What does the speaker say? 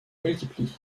multiplient